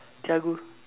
Thiagu